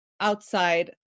outside